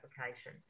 application